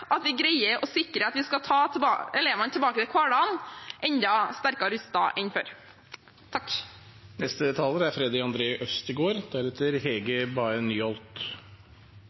at vi greier å sikre at vi skal ta elevene tilbake til hverdagen enda sterkere rustet enn før. Det er ganske åpenbart at skolen bærer konsekvenser av pandemien fortsatt og nok vil gjøre det en god stund. Bare